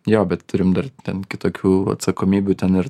jo bet turim dar ten kitokių atsakomybių ten ir